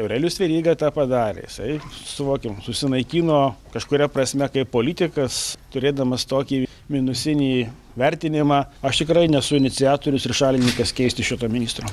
aurelijus veryga tą padarė jisai suvokim susinaikino kažkuria prasme kaip politikas turėdamas tokį minusinį vertinimą aš tikrai nesu iniciatorius ir šalininkas keisti šito ministro